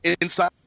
inside